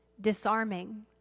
disarming